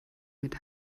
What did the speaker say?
mit